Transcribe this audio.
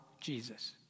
Jesus